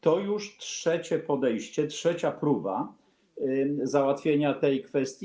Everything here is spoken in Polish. To już trzecie podejście, trzecia próba załatwienia tej kwestii.